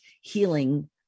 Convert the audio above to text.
healing